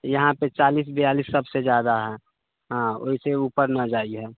यहाँपर चालिस बियालिस सबसँ ज्यादा हइ हाँ ओहिसँ उपर नहि जाइ हइ